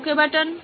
okay button